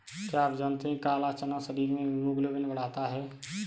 क्या आप जानते है काला चना शरीर में हीमोग्लोबिन बढ़ाता है?